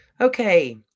Okay